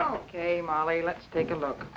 ok molly let's take a look